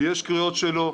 יש קריאות שלו.